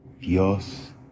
Dios